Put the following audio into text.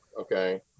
Okay